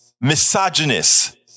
misogynist